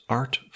art